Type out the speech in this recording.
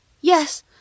Yes